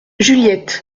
juliette